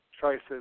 choices